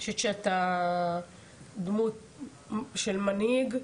אני חושבת שאתה דמות של מנהיג,